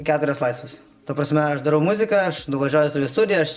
keturias laisvas ta prasme aš darau muziką aš nuvažiavęs sau studiją aš